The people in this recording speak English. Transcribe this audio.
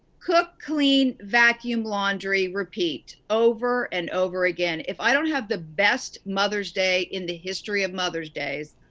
cook, clean, vacuum, laundry, repeat. over and over again. if i don't have the best mother's day in the history of mother's days,